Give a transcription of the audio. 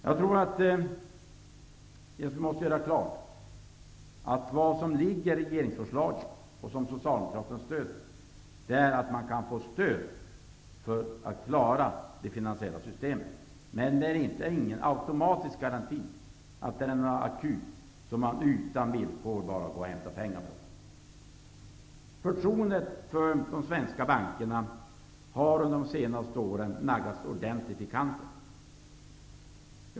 Jag måste göra klart att regeringsförslaget innebär, vilket Socialdemokraterna stödjer, att man skall kunna få stöd för att klara det finansiella systemet, men det är ingen automatisk garanti. Det är ingen akut som man utan villkor kan hämta pengar hos. Förtroendet för de svenska bankerna har under de senaste åren naggats ordentligt i kanten.